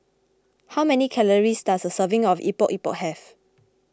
how many calories does a serving of Epok Epok have